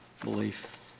belief